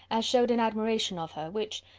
as showed an admiration of her, which,